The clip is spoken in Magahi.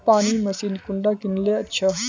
पानी मशीन कुंडा किनले अच्छा?